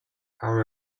our